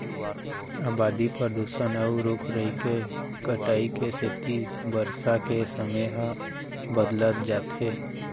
अबादी, परदूसन, अउ रूख राई के कटाई के सेती बरसा के समे ह बदलत जात हे